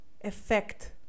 effect